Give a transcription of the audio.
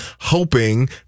hoping